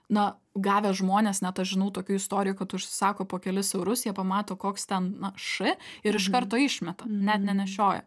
na gavę žmonės net aš žinau tokių istorijų kad užsisako po kelis eurus jie pamato koks ten na š ir iš karto išmeta net nenešioja